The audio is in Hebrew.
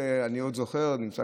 וזה נראה אפילו קצת